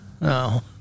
no